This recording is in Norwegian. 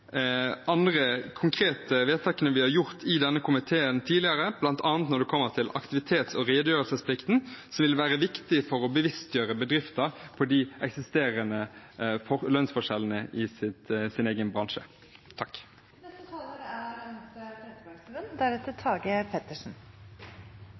andre konkrete vedtakene vi har gjort i denne komiteen tidligere, bl.a. når det gjelder aktivitets- og redegjørelsesplikten som vil være viktig for å bevisstgjøre bedrifter om de eksisterende lønnsforskjellene i egen bransje.